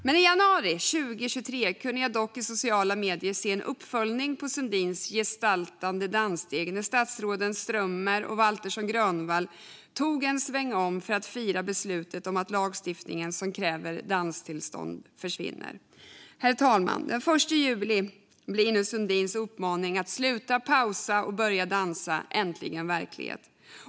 Men i januari 2023 kunde jag i sociala medier se en uppföljning på Sundins gestaltande danssteg när statsråden Strömmer och Waltersson Grönvall tog en svängom för att fira beslutet om att den lagstiftning som kräver danstillstånd försvinner. Herr talman! Den 1 juli blir nu Sundins uppmaning att sluta pausa och börja dansa äntligen verklighet.